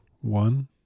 one